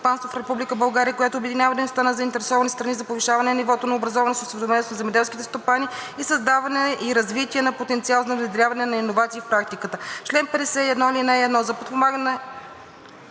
стопанство в Република България, която обединява дейността на заинтересованите страни за повишаване нивото на образованост и осведоменост на земеделските стопани и създаване и развитие на потенциал за внедряване на иновации в практиката. Чл. 52. (1)